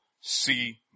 see